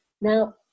Now